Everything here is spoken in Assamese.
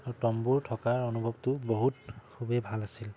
তম্বোত থকাৰ অনুভৱটো বহুত খুবেই ভাল আছিল